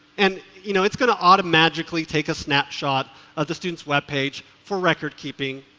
and you know it's going to automatically take a snapshot of the student's web page for record keeping.